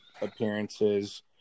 appearances